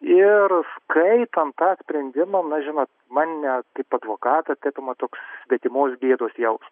ir skaitant tą sprendimą na žinot mane kaip advokatą tai apima toks svetimos gėdos jausmas